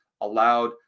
allowed